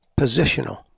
positional